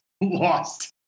lost